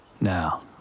Now